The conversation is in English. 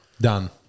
done